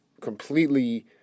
completely